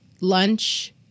lunch